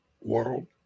World